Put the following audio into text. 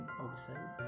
outside